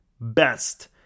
best